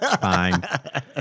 Fine